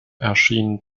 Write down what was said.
erschien